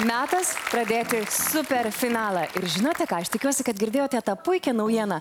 metas pradėti superfinalą ir žinote ką aš tikiuosi kad girdėjote tą puikią naujieną